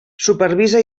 supervisa